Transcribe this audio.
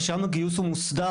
ושם הגיוס הוא מוסדר,